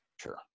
sure